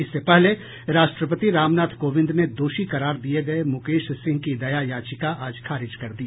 इससे पहले राष्ट्रपति रामनाथ कोविंद ने दोषी करार दिये गये मुकेश सिंह की दया याचिका आज खारिज कर दी